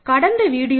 கடந்த வீடியோவில்